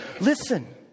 Listen